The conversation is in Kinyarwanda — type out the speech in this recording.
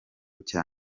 cya